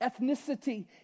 ethnicity